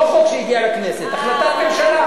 לא חוק שהגיע לכנסת, החלטת ממשלה.